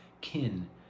kin